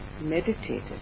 meditated